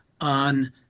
on